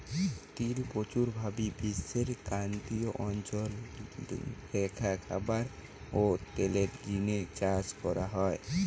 তিল প্রচুর ভাবি বিশ্বের ক্রান্তীয় অঞ্চল রে খাবার ও তেলের জিনে চাষ করা হয়